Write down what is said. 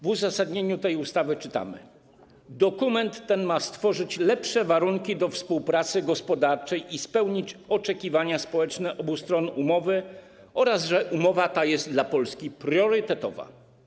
W uzasadnieniu tej ustawy czytamy, że dokument ten ma stworzyć lepsze warunki do współpracy gospodarczej i spełnić oczekiwania społeczne obu stron umowy oraz że umowa ta jest dla Polski priorytetowa.